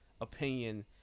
opinion